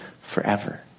forever